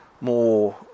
more